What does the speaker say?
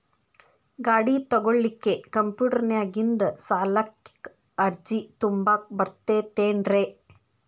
ಗಾಡಿ ತೊಗೋಳಿಕ್ಕೆ ಕಂಪ್ಯೂಟೆರ್ನ್ಯಾಗಿಂದ ಸಾಲಕ್ಕ್ ಅರ್ಜಿ ತುಂಬಾಕ ಬರತೈತೇನ್ರೇ?